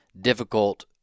difficult